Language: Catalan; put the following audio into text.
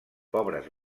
pobres